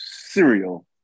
cereal